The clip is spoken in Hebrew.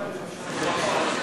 אכן.